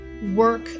work